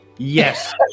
Yes